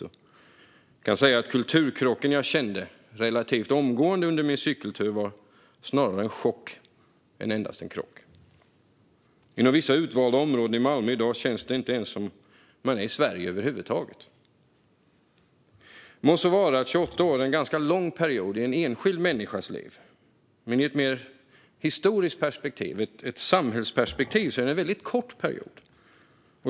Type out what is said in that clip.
Jag kan säga att den kulturkrock jag kände relativt omgående under min cykeltur snarare var en chock än endast en krock. Inom vissa utvalda områden i Malmö i dag känns det inte som om man är i Sverige över huvud taget. Må så vara att 28 år är en ganska lång period i en enskild människas liv, men i ett historiskt perspektiv, i ett samhällsperspektiv, är det en väldigt kort period.